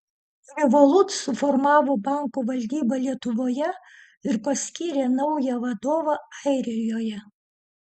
revolut suformavo banko valdybą lietuvoje ir paskyrė naują vadovą airijoje